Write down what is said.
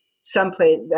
someplace